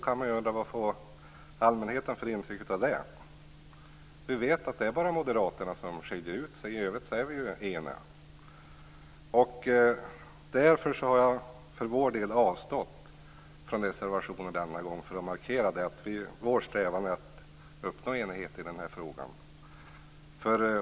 Vad får allmänheten för intryck av det? Vi vet att det bara är moderaterna som skiljer ut sig. I övrigt är vi eniga. Därför har jag för Vänsterpartiets del avstått från reservationer denna gång för att markera att vår strävan är att uppnå enighet i den här frågan.